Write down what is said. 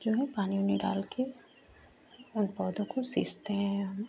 जो है पानी उनी में डाल कर उन पौधों को सिंचते हैं हम